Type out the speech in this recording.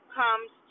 comes